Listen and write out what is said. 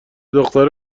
دختر